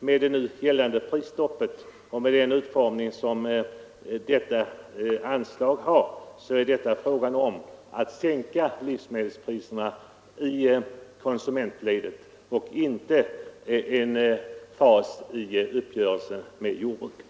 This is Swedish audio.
Med det nu gällande prisstoppet och med den utformning som detta anslag har är det fråga om att sänka livsmedelspriserna i konsumentledet, och det är inte en fas i uppgörelsen med jordbruket.